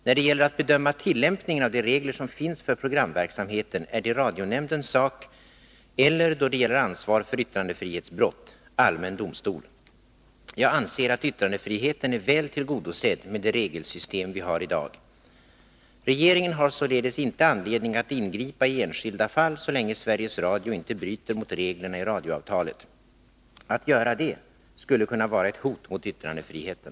När det gäller att bedöma tillämpningen av de regler som finns för programverksamheten är det radionämndens sak eller, då det gäller ansvar för yttrandefrihetsbrott, allmän domstols. Jag anser att yttrandefriheten är väl tillgodosedd med det regelstystem vi har i dag. Regeringen har således inte anledning att ingripa i enskilda fall så länge Sveriges Radio inte bryter mot reglerna i radioavtalet. Att göra det skulle kunna vara ett hot mot yttrandefriheten.